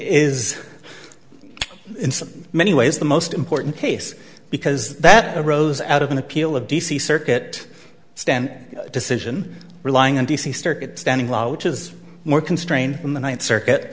some many ways the most important case because that arose out of an appeal of d c circuit stand decision relying on d c circuit standing law which is more constrained in the ninth circuit